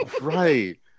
Right